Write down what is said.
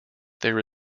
there